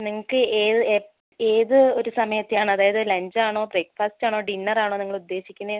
നിങ്ങൾക്ക് ഏത് ഏത് ഒരു സമയത്തെ ആണ് അതായത് ലഞ്ച് ആണോ ബ്രേക്ഫാസ്റ്റ് ആണോ ഡിന്നർ ആണോ നിങ്ങളുദ്ദേശിക്കുന്നത്